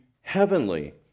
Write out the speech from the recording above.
heavenly